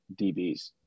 DBs